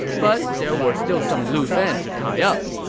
but there were still some loose ends to tie up.